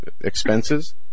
expenses